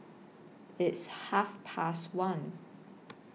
its Half Past one